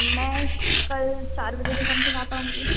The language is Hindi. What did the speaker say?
मैं श कल चार बजे के समथिंग आ पाऊँगी